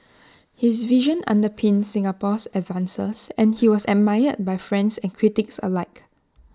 his vision underpinned Singapore's advances and he was admired by friends and critics alike